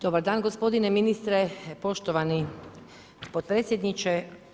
Dobar dan gospodine ministre, poštovani potpredsjedniče.